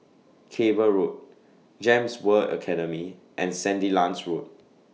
Cable Road Gems World Academy and Sandilands Road